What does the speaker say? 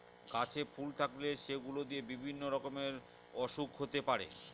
গাছে ফুল থাকলে সেগুলো দিয়ে বিভিন্ন রকমের ওসুখ হতে পারে